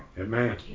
Amen